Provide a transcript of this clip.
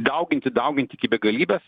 dauginti daugint iki begalybės